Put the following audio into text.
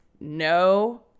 no